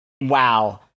wow